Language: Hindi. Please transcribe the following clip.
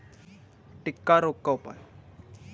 टिक्का रोग का उपाय?